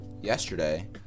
Yesterday